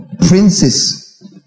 princes